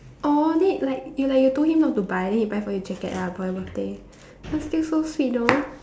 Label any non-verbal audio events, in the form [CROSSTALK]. oh then like you like you told him not to buy then he buy for you the jacket ah for your birthday but still so sweet though [NOISE]